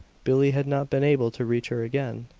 billie had not been able to reach her again.